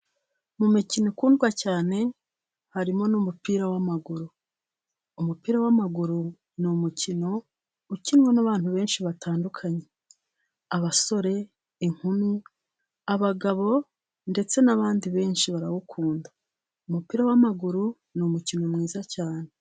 Mu mikino ikundwa cyane harimo n'umupira w'amaguru. Umupira w'amaguru ni umukino ukinwa n'abantu benshi batandukanye. Abasore, inkumi, abagabo ndetse n'abandi benshi barawukunda. Umupira w'amaguru ni umukino mwiza cyane.